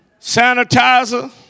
sanitizer